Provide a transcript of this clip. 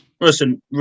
listen